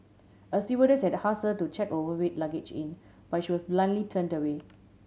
a stewardess had ask her to check her overweight luggage in but she was bluntly turned away